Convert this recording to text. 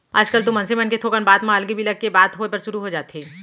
आजकल तो मनसे मन के थोकन बात म अलगे बिलग के बात होय बर सुरू हो जाथे